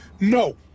No